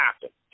happen